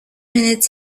minutes